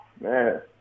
man